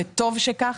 וטוב שכך,